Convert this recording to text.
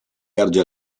erge